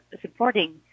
supporting